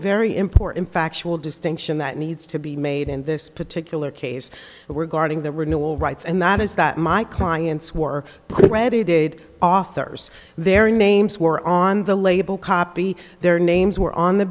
very important factual distinction that needs to be made in this particular case were guarding the renewal rights and that is that my clients were already did authors their names were on the label copy their names were on the